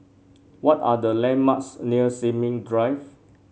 what are the landmarks near Sin Ming Drive